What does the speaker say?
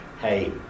hey